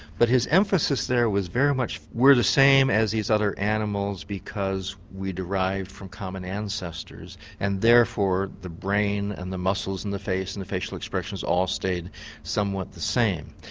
but his emphasis there was very much, we're the same as these other animals because we derived from common ancestors and therefore the brain and the muscles in the face, and the facial expressions all stayed somewhat the same.